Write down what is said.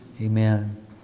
Amen